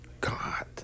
God